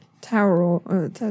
Tower